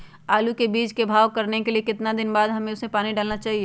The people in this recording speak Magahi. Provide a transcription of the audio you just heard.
आलू के बीज के भाव करने के बाद कितने दिन बाद हमें उसने पानी डाला चाहिए?